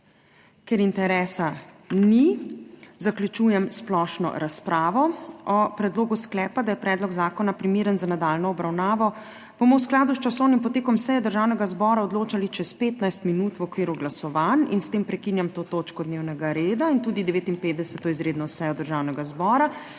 Ker interesa ni, zaključujem splošno razpravo. O predlogu sklepa, da je predlog zakona primeren za nadaljnjo obravnavo, bomo v skladu s časovnim potekom seje Državnega zbora odločali čez 15 minut v okviru glasovanj. S tem prekinjam to točko dnevnega reda in tudi 59. izredno sejo Državnega zbora,